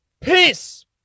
peace